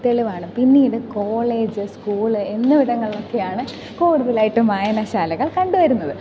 തെളിവാണ് പിന്നീട് college school എന്ന ഇടങ്ങളിലൊക്കെയാണ് കൂടുതലായിട്ടും വായനശാലകൾ കണ്ടു വരുന്നത്